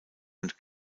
und